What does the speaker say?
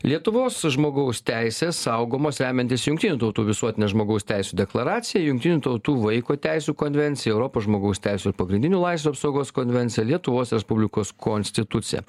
lietuvos žmogaus teisės saugomos remiantis jungtinių tautų visuotine žmogaus teisių deklaracija jungtinių tautų vaiko teisių konvencija europos žmogaus teisių ir pagrindinių laisvių apsaugos konvencija lietuvos respublikos konstitucija